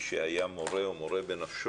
מתן כלים מקצועיים לצוותי ההוראה להתמודדות